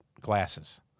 glasses